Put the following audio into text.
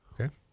Okay